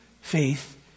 Faith